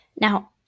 Now